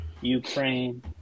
Ukraine